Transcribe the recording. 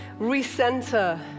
recenter